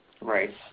Right